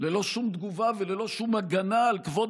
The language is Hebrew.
ללא שום תגובה וללא שום הגנה על כבוד